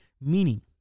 Meaning